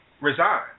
resign